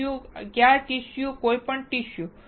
tissue કયા tissue કોઈપણ tissue